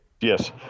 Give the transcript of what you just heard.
Yes